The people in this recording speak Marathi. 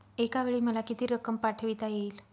एकावेळी मला किती रक्कम पाठविता येईल?